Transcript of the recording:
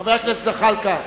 חבר הכנסת זחאלקה,